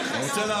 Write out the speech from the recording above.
יש לך אתה?